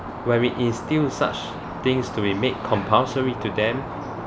where it instill such things to be made compulsory to them